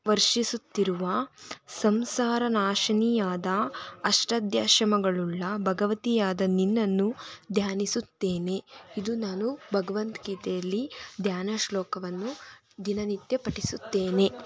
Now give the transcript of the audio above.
ವರ್ಷಿಸುತ್ತಿರುವ ಸಂಸಾರ ನಾಶಿನಿಯಾದ ಅಷ್ಟಾಧ್ಯಾಶ್ರಮಗಳುಳ್ಳ ಭಗವತಿಯಾದ ನಿನ್ನನ್ನು ಧ್ಯಾನಿಸುತ್ತೇನೆ ಇದು ನಾನು ಭಗವದ್ಗೀತೆಯಲ್ಲಿ ಧ್ಯಾನ ಶ್ಲೋಕವನ್ನು ದಿನನಿತ್ಯ ಪಠಿಸುತ್ತೇನೆ